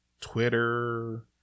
Twitter